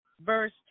Verse